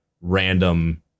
random